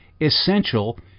essential